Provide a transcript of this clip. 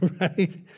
Right